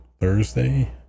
Thursday